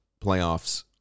playoffs